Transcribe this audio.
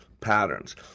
patterns